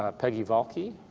ah peggy valcke,